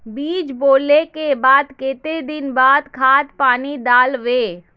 बीज बोले के बाद केते दिन बाद खाद पानी दाल वे?